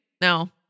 No